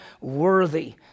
worthy